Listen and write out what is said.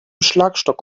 schlagstock